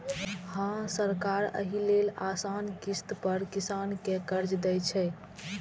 हां, सरकार एहि लेल आसान किस्त पर किसान कें कर्ज दै छै